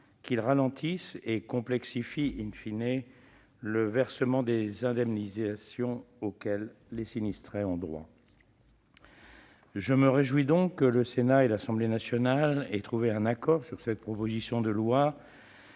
qu'ils ralentissent et complexifient le versement des indemnisations auxquelles les sinistrés ont droit. Je me réjouis donc que le Sénat et l'Assemblée nationale aient trouvé un accord sur cette proposition de loi